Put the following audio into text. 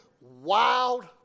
wild